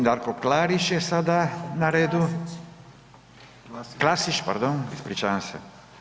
G. Darko Klarić je sada na redu. … [[Upadica sa strane, ne razumije se.]] Klasić, pardon, ispričavam se.